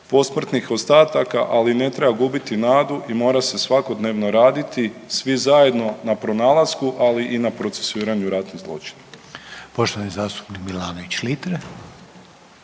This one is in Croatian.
posmrtnih ostataka, ali ne treba gubiti nadu i mora se svakodnevno raditi svi zajedno na pronalasku, ali i na procesuiranju ratnih zločina. **Reiner, Željko (HDZ)** Poštovani zastupnik Milanović Litre.